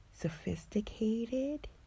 sophisticated